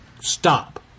stop